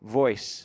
voice